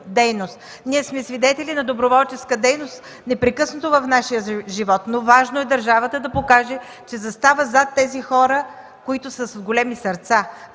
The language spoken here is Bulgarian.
Ние сме свидетели на доброволческа дейност непрекъснато в нашия живот, но е важно държавата да покаже, че застава зад тези хора, които са с големи сърца.